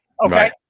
Okay